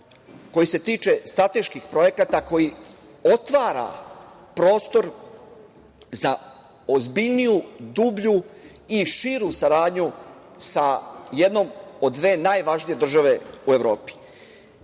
koji se tiče strateških projekata koji otvara prostor za ozbiljniju, dublju i širu saradnju sa jednom od dve najvažnije države u Evropi.